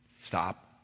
stop